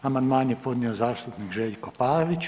Amandman je podnio zastupnik Željko Pavić.